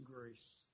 grace